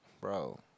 Bro